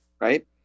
right